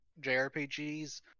JRPGs